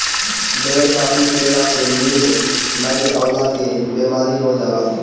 ढेर काफी पियला से नींद नाइ अवला के बेमारी हो जाला